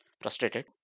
frustrated